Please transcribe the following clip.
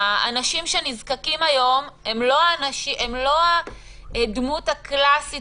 האנשים שנזקקים היום הם לא "הדמות הקלסית",